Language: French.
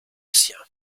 sien